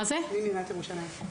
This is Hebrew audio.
אני מעיריית ירושלים.